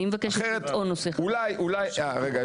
אני מבקשת לטעון נושא חדש על סעיף 30. רגע,